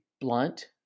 blunt